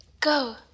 Go